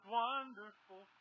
wonderful